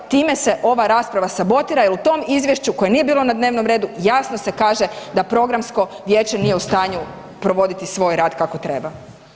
Time se ova rasprava sabotira jel u tom izvješću koje nije bilo na dnevnom redu jasno se kaže da Programsko vijeće nije u stanju provoditi svoj rad kako treba.